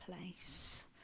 place